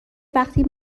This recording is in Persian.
وقتی